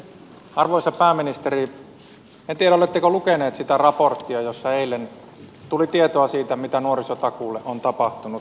arvoisa pääministeri en tiedä oletteko lukenut sitä raporttia jossa eilen tuli tietoa siitä mitä nuorisotakuulle on tapahtunut